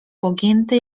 pogięty